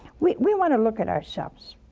we we want to look at ourselves.